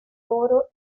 oro